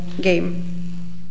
game